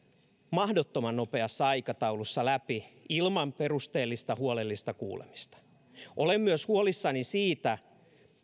mahdottoman nopeassa aikataulussa läpi ilman perusteellista huolellista kuulemista olen huolissani myös siitä